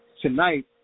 tonight